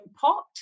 pot